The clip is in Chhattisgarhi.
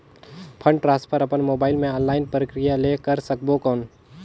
फंड ट्रांसफर अपन मोबाइल मे ऑनलाइन प्रक्रिया ले कर सकबो कौन?